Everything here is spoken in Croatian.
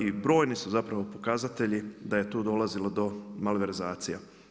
I brojni su zapravo pokazatelji da je tu dolazilo do malverzacija.